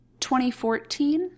2014